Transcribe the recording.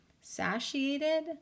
satiated